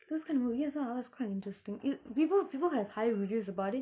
those kind of movies ah that's quite interesting people people have high reviews about it